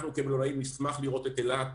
אנחנו נשמח לראות את העיר אילת